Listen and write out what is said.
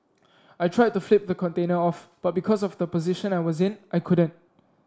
I tried to flip the container off but because of the position I was in I couldn't